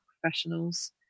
professionals